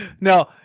No